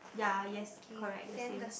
yea yes correct the same